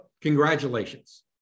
Congratulations